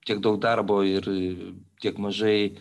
tiek daug darbo ir tiek mažai